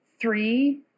three